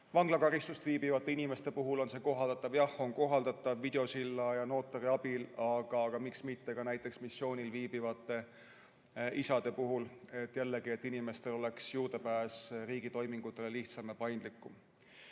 vanglakaristust kandvate inimeste puhul on see kohaldatav. Jah, on kohaldatav videosilla ja notari abil. Aga miks mitte ka näiteks missioonil viibivate isade puhul. Jällegi, selleks et inimestel oleks juurdepääs riigi toimingutele lihtsam ja paindlikum.